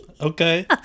Okay